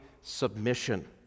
submission